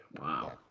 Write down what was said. Wow